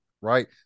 right